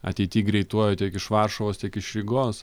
ateity greituoju tiek iš varšuvos tiek iš rygos